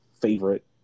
favorite